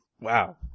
Wow